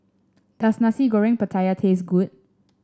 does Nasi Goreng Pattaya taste good